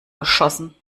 geschossen